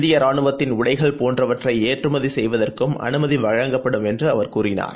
இந்தியராணுவத்தின் உடைகள் போன்றவற்றைஏற்றுமதிசெயவதற்கும் அனுமதிவழங்கப்படும் என்றுஅவர் கூறினார்